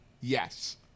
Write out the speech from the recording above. Yes